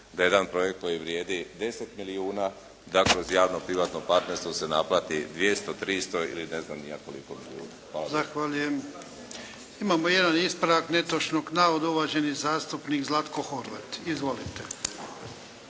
da jedan projekt koji vrijedi 10 milijuna, da kroz javno-privatno partnerstvo se naplati 200, 300 ili ne znam ni ja koliko kuna. **Jarnjak, Ivan (HDZ)** Zahvaljujem. Imamo jedan ispravak netočnog navoda uvaženi zastupnik Zlatko Horvat. Izvolite.